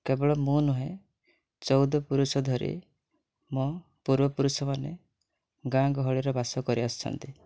କେବଳ ମୁଁ ନୁହେଁ ଚଉଦ ପୁରୁଷ ଧରି ମୋ ପୂର୍ବ ପୁରୁଷମାନେ ଗାଁ ଗହଳିରେ ବାସ କରି ଆସିଛନ୍ତି